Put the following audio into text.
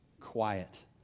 quiet